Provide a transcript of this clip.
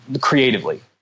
creatively